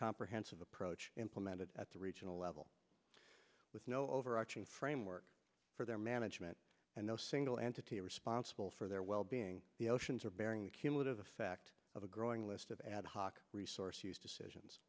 comprehensive approach implemented at the regional level with no overarching framework for their management and no single entity responsible for their well being the oceans are bearing the cumulative effect of a growing list of ad hoc resource use decisions